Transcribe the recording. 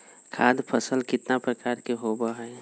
खाद्य फसल कितना प्रकार के होबा हई?